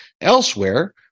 elsewhere